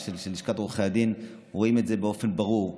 של לשכת עורכי הדין רואים באופן ברור.